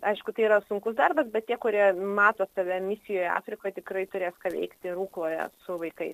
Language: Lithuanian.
aišku tai yra sunkus darbas bet tie kurie mato save misijoj afrikoj tikrai turės ką veikti ir rukloje su vaikais